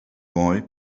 boy